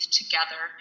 together